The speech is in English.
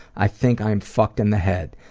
i think i'm fucked in the head.